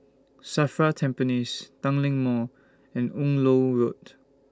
SAFRA Tampines Tanglin Mall and Yung Loh Road